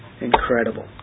incredible